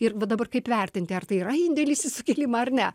ir va dabar kaip vertinti ar tai yra indėlis į sukilimą ar ne